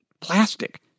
plastic